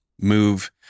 move